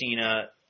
Cena